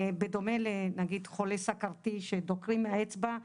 בדומה לחולה סכרתי שדוקרים מהאצבע,